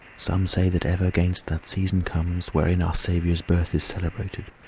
some say that ever gainst that season comes wherein our saviour's birth is celebrated,